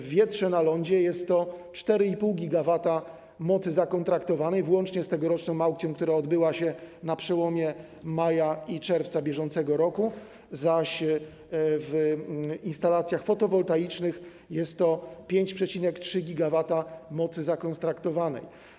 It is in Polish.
W wietrze na lądzie jest to 4,5 GW mocy zakontraktowanej włącznie z tegoroczną aukcją, która odbyła się na przełomie maja i czerwca br., zaś w instalacjach fotowoltaicznych jest to 3,3 GW mocy zakontraktowanej.